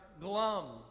glum